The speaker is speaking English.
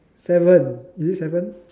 seven is it seven